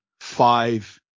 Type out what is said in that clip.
five